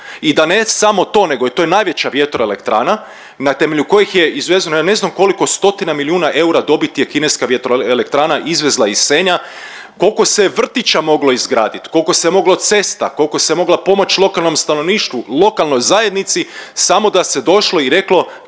i da ne samo to nego je to i najveća vjetroelektrana na temelju kojih je izvezeno ja ne znam koliko stotina milijuna eura dobiti je kineska vjetroelektrana izvezla iz Senja, kolko se vrtića moglo izgradit, kolko se moglo cesta, kolko se moglo pomoć lokalnom stanovništvu, lokalnoj zajednici samo da se došlo i reklo